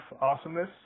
awesomeness